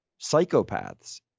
psychopaths